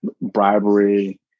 bribery